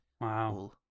Wow